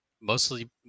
Mostly